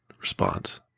response